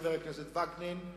חבר הכנסת וקנין,